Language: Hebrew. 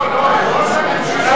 לא לא, את ראש הממשלה.